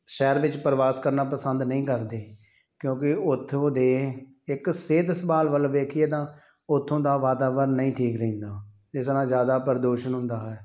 ਸ਼ਹਿਰ ਵਿੱਚ ਪ੍ਰਵਾਸ ਕਰਨਾ ਪਸੰਦ ਨਹੀਂ ਕਰਦੇ ਕਿਉਂਕਿ ਉੱਥੋਂ ਦੇ ਇੱਕ ਸਿਹਤ ਸੰਭਾਲ ਵੱਲ ਵੇਖੀਏ ਤਾਂ ਉੱਥੋਂ ਦਾ ਵਾਤਾਵਰਨ ਨਹੀਂ ਠੀਕ ਰਹਿੰਦਾ ਜਿਸ ਨਾਲ਼ ਜ਼ਿਆਦਾ ਪ੍ਰਦੂਸ਼ਣ ਹੁੰਦਾ ਹੈ